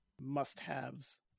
must-haves